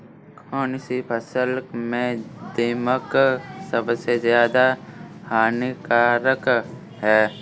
कौनसी फसल में दीमक सबसे ज्यादा हानिकारक है?